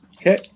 Okay